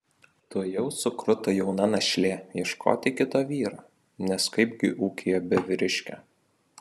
tuojau sukruto jauna našlė ieškoti kito vyro nes kaipgi ūkyje be vyriškio